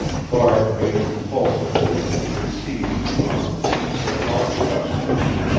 varde made a convulsive movement to seize his arm but mark touched the man,